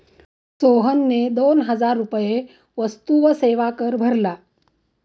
सोहनने दोन हजार रुपये वस्तू व सेवा कर भरला